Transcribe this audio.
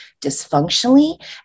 dysfunctionally